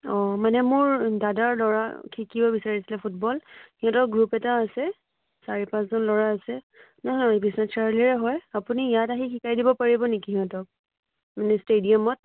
অ' মানে মোৰ দাদৰ ল'ৰা শিকিব বিচাৰিছিলে ফুটবল সিহঁতৰ গ্ৰুপ এটা আছে চাৰি পাঁচজন ল'ৰা আছে নহয় বিশ্বনাথ চাৰিআলিৰে হয় আপুনি ইয়াত আহি শিকাই দিব পাৰিব নেকি সিহঁতক মানে ষ্টেডিয়ামত